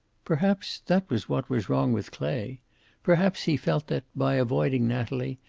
perhaps that was what was wrong with clay perhaps he felt that, by avoiding natalie,